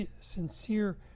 sincere